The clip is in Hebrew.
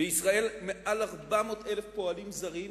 בישראל מעל 400,000 פועלים זרים,